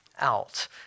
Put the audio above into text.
out